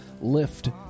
Lift